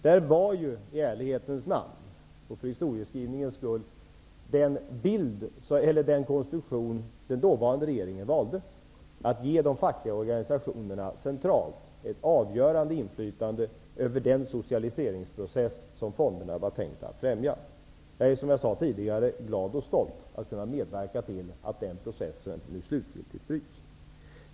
Det var ju -- i ärlighetens namn och för historieskrivningens skull -- den konstruktion den dåvarande regeringen valde, att ge de fackliga organisationerna centralt ett avgörande inflytande över den socialiseringsprocess som fonderna var tänkta att främja. Jag är, som jag sade tidigare, glad och stolt att kunna medverka till att den processen nu slutgiltigt bryts.